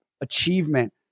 achievement